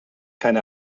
keine